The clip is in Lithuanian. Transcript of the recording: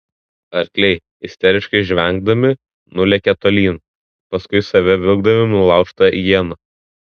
arkliai isteriškai žvengdami nulėkė tolyn paskui save vilkdami nulaužtą ieną